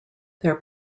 their